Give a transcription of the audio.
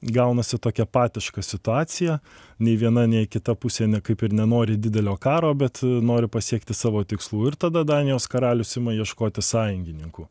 gaunasi tokia patiška situacija nei viena nei kita pusė kaip ir nenori didelio karo bet nori pasiekti savo tikslų ir tada danijos karalius ima ieškoti sąjungininkų